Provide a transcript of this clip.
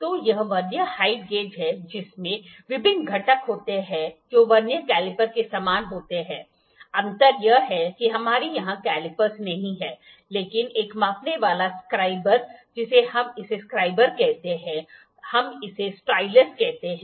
तो यह vernier height gauge है जिसमें विभिन्न घटक होते हैं जो वर्नियर कैलीपर के समान होते हैं अंतर यह है कि हमारे यहां कैलीपर्स नहीं हैं लेकिन एक मापने वाला स्क्राइबर जिसे हम इसे स्क्राइबर कहते हैं हम इसे स्टाइलस कहते हैं